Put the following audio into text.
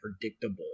predictable